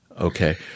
Okay